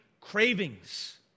cravings